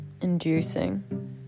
Inducing